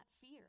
fear